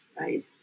right